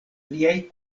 liaj